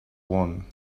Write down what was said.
one